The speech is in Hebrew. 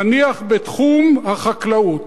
נניח בתחום החקלאות,